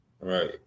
Right